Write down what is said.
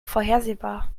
vorhersehbar